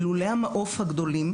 בלולי המעוף הגדולים,